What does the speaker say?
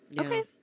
Okay